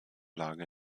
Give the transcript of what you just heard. lage